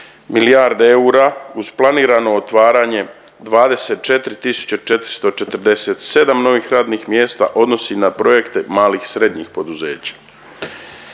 milijarde eura, uz planirano otvaranje 24 447 novih radnih mjesta odnosi na projekte malih i srednjih poduzeća.